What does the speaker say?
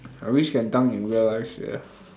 I wish can dunk in real life sia